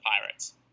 Pirates